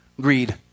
Greed